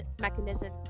mechanisms